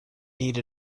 need